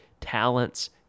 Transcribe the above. talents